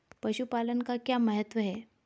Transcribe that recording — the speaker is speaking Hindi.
पशुपालन का क्या महत्व है?